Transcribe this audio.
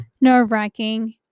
nerve-wracking